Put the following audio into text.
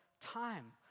time